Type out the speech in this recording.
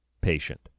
patient